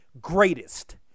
greatest